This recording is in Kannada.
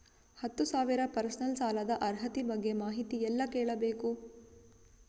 ಹತ್ತು ಸಾವಿರ ಪರ್ಸನಲ್ ಸಾಲದ ಅರ್ಹತಿ ಬಗ್ಗೆ ಮಾಹಿತಿ ಎಲ್ಲ ಕೇಳಬೇಕು?